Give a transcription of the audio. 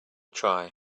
try